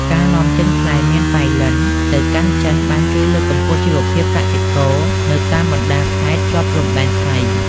ការនាំចេញផ្លែមៀនប៉ៃលិនទៅកាន់ចិនបានជួយលើកកម្ពស់ជីវភាពកសិករនៅតាមបណ្ដាខេត្តជាប់ព្រំដែនថៃ។